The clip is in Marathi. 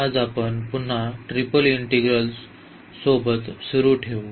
आज आम्ही पुन्हा ट्रिपल इंटीग्रल सुरू ठेवू